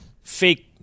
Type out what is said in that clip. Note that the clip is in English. fake